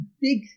big